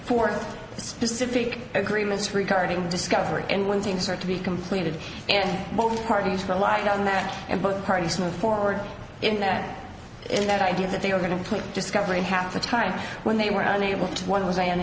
forth the specific agreements regarding discovery and when things are to be completed and both parties for life done that and both parties move forward in that in that idea that they are going to take discovery half the time when they were unable to one which i am